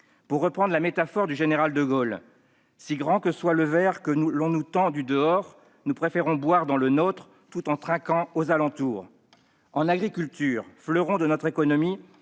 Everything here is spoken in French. Pour reprendre une métaphore chère au général de Gaulle, « si grand que soit le verre que l'on nous tend du dehors, nous préférons boire dans le nôtre tout en trinquant aux alentours. » En agriculture, fleuron de notre économie,